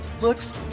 looks